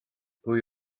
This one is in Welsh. pwy